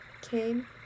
came